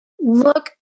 look